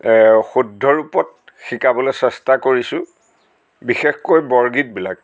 শুদ্ধ ৰূপত শিকাবলৈ চেষ্টা কৰিছোঁ বিশেষকৈ বৰগীতবিলাক